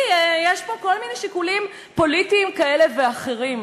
כי יש פה כל מיני שיקולים פוליטיים ואחרים.